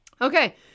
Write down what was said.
Okay